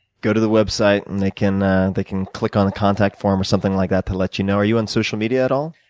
go to the website and they can ah they can click on a contact form or something like that to let you know? are you on social media at all?